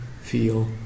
feel